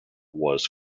was